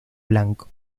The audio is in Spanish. blanco